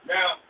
Now